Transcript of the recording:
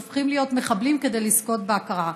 שהופכים להיות מחבלים כדי לזכות בהכרה.